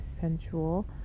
sensual